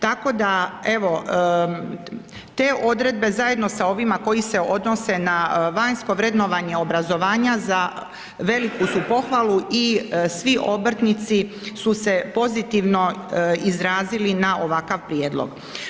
Tako da evo te odredbe zajedno sa ovima koje se odnose na vanjsko vrednovanje obrazovanja za veliku su pohvalu i svi obrtnici su se pozitivno izrazili na ovakav prijedlog.